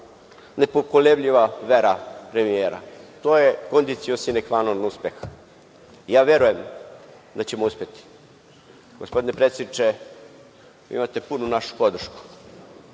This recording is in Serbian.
nepokolebljiva vera premijera, to je „condition sine qua non“ uspeha. Verujem da ćemo uspeti. Gospodine predsedniče, imate punu našu podršku.